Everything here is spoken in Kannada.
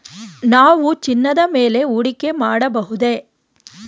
ನಾವು ಚಿನ್ನದ ಮೇಲೆ ಹೂಡಿಕೆ ಮಾಡಬಹುದೇ?